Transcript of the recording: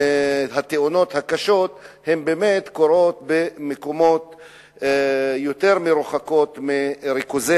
התאונות הקשות באמת קורות במקומות יותר מרוחקים מריכוזי